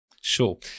Sure